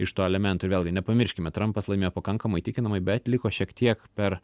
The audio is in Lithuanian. iš tų elementų ir vėlgi nepamirškime trampas laimėjo pakankamai įtikinamai bet liko šiek tiek per